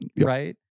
right